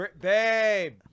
Babe